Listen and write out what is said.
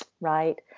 Right